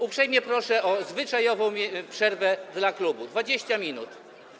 Uprzejmie proszę o zwyczajową przerwę dla klubu - 20 minut.